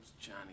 Johnny